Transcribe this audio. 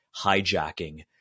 hijacking